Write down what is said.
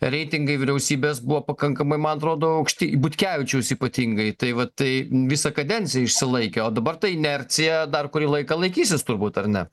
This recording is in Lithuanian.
reitingai vyriausybės buvo pakankamai man atrodo aukšti butkevičiaus ypatingai tai vat tai visą kadenciją išsilaikė o dabar ta inercija dar kurį laiką laikysis turbūt ar ne